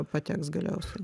pateks galiausiai